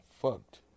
fucked